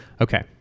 okay